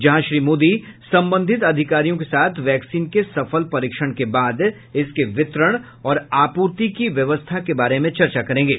जहां श्री मोदी संबंधित अधिकारियों के साथ वैक्सीन के सफल परीक्षण के बाद इसके वितरण और आपूर्ति की व्यवस्था के बारे में चर्चा करेंगे